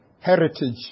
heritage